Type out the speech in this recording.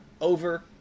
over